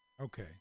Okay